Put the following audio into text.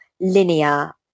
linear